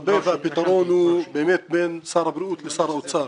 הרבה והפתרון הוא בין שר הבריאות לשר האוצר.